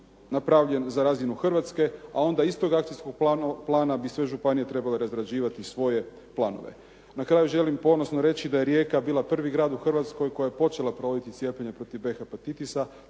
napravljen za razinu Hrvatsku, a onda iz tog akcijskog plana bi sve županije trebale razrađivati svoje planove. Na kraju želim ponosno reći da je Rijeka bila prvi grad u Hrvatskoj koja je počela provoditi cijepljenje protiv B hepatitisa.